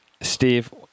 Steve